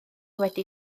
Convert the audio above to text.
wedi